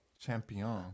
champion